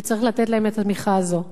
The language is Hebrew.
וצריך לתת להם את התמיכה הזאת.